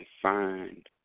Find